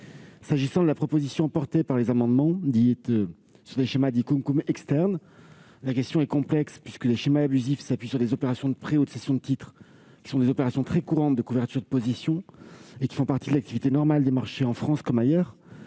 qui est de la proposition, portée au travers de ces amendements identiques, visant le schéma dit « CumEx », la question est complexe. En effet, les schémas abusifs s'appuient sur des opérations de prêt ou de cession de titres, qui sont des opérations très courantes de couverture de position et font partie de l'activité normale des marchés, en France comme ailleurs.